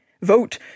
vote